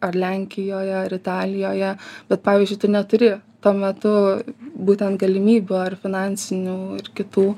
ar lenkijoj ar italijoje bet pavyzdžiui tu neturi tuo metu būtent galimybių ar finansinių ir kitų